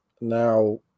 Now